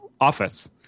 Office